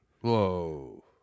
Whoa